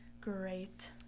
Great